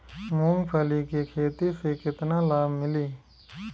मूँगफली के खेती से केतना लाभ मिली?